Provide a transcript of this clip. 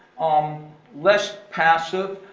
um less passive,